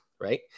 right